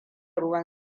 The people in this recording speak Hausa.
ruwan